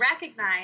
recognize